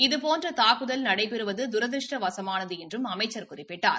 இதுபோன்ற தாக்குதல் நடைபெறுவது தூதிருஷ்டவசமானது என்றும் அமைச்சா் குறிப்பிட்டார்